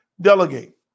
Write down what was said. Delegate